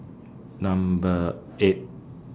Number eight